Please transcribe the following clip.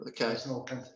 Okay